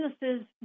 businesses